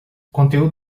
conteúdo